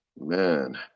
Man